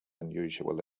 unusual